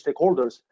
stakeholders